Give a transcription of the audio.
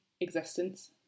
existence